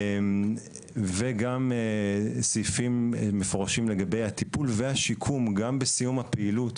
וגם סעיפים מפורשים לגבי הטיפול והשיקום גם בסיום הפעילות,